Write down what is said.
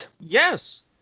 Yes